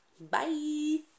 Bye